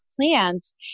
plants